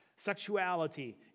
sexuality